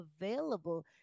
available